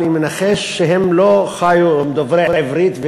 אני מנחש שהם חיו עם דוברי עברית,